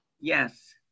yes